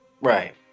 Right